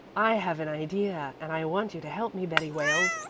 i have an idea, and i want you to help me, betty wales.